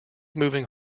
moving